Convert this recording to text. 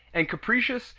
and capricious,